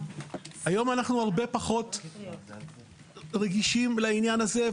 היום אנחנו הרבה פחות רגישים לעניין הזה,